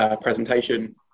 presentation